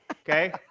okay